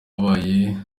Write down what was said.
abaye